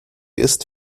ist